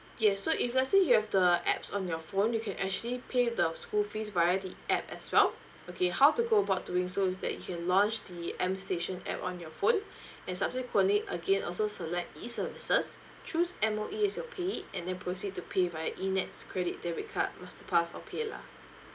yes so if let's say you have the apps on your phone you can actually pay the school fees via the app as well okay how to go about doing so is that you can launch the app on your phone and subsequently again also select E services choose M_O_E as your payee and then proceed to pay via eNETS credit debit card masterpass or paylah